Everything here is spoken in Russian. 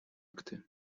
акты